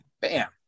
Bam